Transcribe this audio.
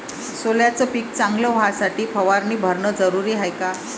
सोल्याचं पिक चांगलं व्हासाठी फवारणी भरनं जरुरी हाये का?